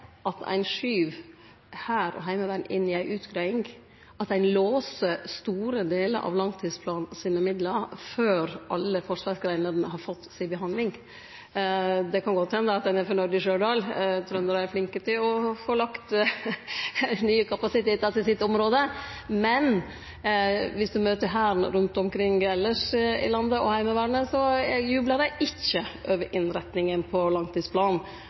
at ein skyv hær og heimevern inn i ei utgreiing, at ein låser store delar av langtidsplanen sine midlar før alle forsvarsgreinene har fått si behandling. Det kan godt hende at ein er fornøgd i Stjørdal – trøndarar er flinke til å få lagt nye kapasitetar til sitt område. Men viss du møter Hæren og Heimevernet rundt omkring elles i landet, jublar dei ikkje over innretninga på langtidsplanen.